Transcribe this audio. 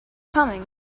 coming